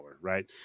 Right